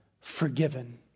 forgiven